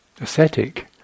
ascetic